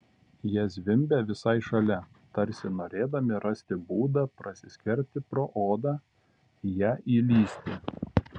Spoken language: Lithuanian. jie zvimbė visai šalia tarsi norėdami rasti būdą prasiskverbti pro odą į ją įlįsti